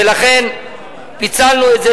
ולכן פיצלנו את זה,